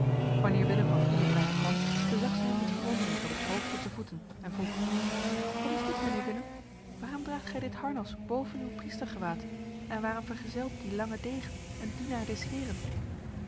wanneer willem van gulik bij haar kwam bezag zij hem met verwondering van het hoofd tot de voeten en vroeg wat is dit mijnheer willem waarom draagt gij dit harnas boven uw priestergewaad en waarom vergezelt die lange degen een dienaar des heren